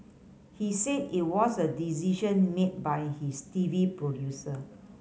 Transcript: he said it was a decision made by his T V producer